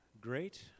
great